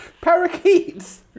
parakeets